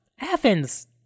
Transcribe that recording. Athens